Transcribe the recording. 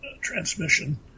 transmission